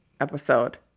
episode